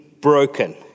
broken